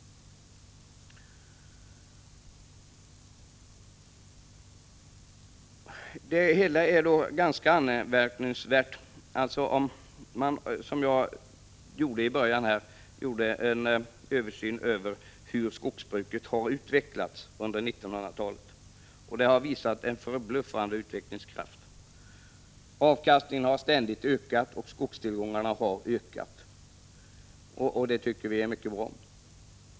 Det hela är ganska anmärkningsvärt. Jag redogjorde i början av mitt anförande för hur skogsbruket har utvecklats under 1900-talet. Det har visat en förbluffande utvecklingskraft. Avkastningen har ständigt ökat, och skogstillgångarna har ökat. Det tycker vi är mycket bra.